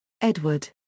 Edward